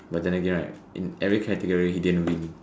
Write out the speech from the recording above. but then again right in every category he didn't win